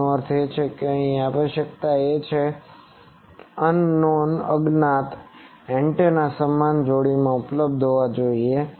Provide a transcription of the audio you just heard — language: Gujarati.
તેનો અર્થ એ કે અહીં આવશ્યકતા એ છે કે અન નોન અજ્ઞાતunknownએન્ટેના સમાન જોડીમાં ઉપલબ્ધ હોવા જોઈએ